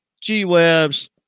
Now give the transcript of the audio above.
G-Webs